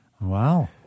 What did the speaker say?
Wow